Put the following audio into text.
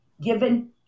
given